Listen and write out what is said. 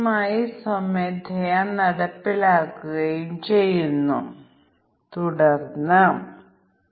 minus 3 ന്റെ കാര്യമോ 101 ന്റെ കാര്യമോ അതിനാൽ ഇതും പരീക്ഷിക്കേണ്ടതുണ്ട്